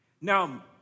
Now